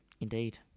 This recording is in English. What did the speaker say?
Indeed